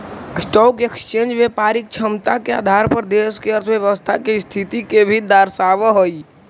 stock exchange व्यापारिक क्षमता के आधार पर देश के अर्थव्यवस्था के स्थिति के भी दर्शावऽ हई